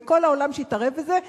וכל העולם שהתערב בזה,